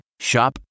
Shop